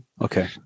Okay